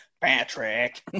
Patrick